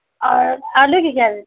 اور آلو کی کیا ریٹ